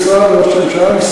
שמאל קיצוני?